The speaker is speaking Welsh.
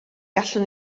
gallwn